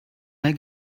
mehr